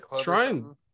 trying